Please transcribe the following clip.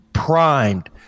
primed